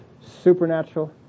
supernatural